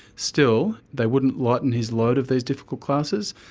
still they wouldn't lighten his load of these difficult classes.